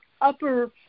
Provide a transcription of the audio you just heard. upper